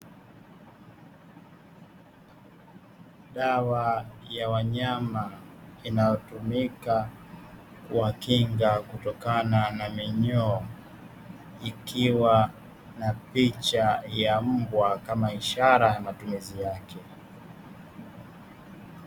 Dawa ya wanyama inayotumika kuwakinga kutokana na minyoo, ikiwa na picha ya mbwa kama ishara ya matumizi yake.